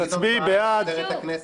וגדעון פעל לפזר את הכנסת.